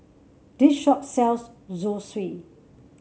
this shop sells Zosui